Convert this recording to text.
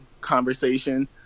conversation